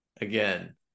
again